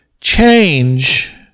change